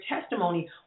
testimony